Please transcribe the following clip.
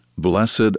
Blessed